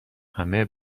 همه